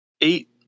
eight